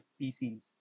PCs